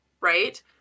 right